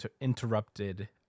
interrupted